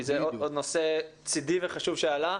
כי זה עוד נושא צידי וחשוב שעלה.